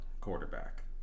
quarterback